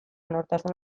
nortasun